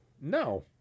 No